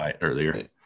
earlier